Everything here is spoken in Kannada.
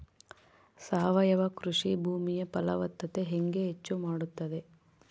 ಸಾವಯವ ಕೃಷಿ ಭೂಮಿಯ ಫಲವತ್ತತೆ ಹೆಂಗೆ ಹೆಚ್ಚು ಮಾಡುತ್ತದೆ?